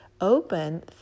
open